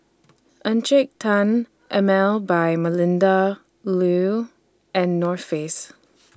Encik Tan Emel By Melinda Looi and North Face